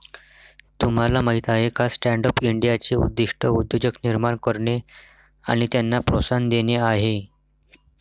तुम्हाला माहीत आहे का स्टँडअप इंडियाचे उद्दिष्ट उद्योजक निर्माण करणे आणि त्यांना प्रोत्साहन देणे आहे